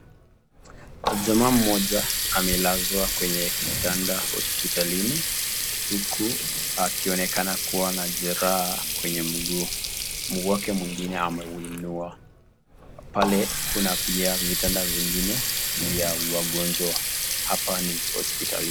Jamaa mmoja amelazwa kwenye kitanda hospitalini huku akionekana kuwa na jeraha kwenye mguu. Mguu wake mwingine ameuinua. Pale kuna pia vitanda vingine vya wagonjwa. Hapa ni hospitalini.